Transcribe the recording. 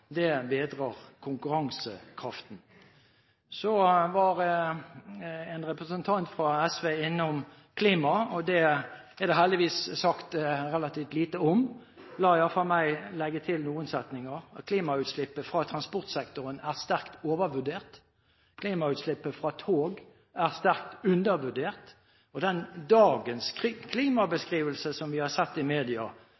Det bedrer konkurransekraften. Så var en representant fra SV innom klima, og det er det heldigvis sagt relativt lite om. La iallfall meg legge til noen setninger: Klimautslippene fra transportsektoren er sterkt overvurdert, klimautslippet fra tog er sterkt undervurdert. Dagens klimabeskrivelse som vi har sett i media, fremstår som det den